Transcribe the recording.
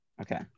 Okay